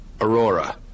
Aurora